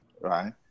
right